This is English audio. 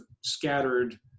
scattered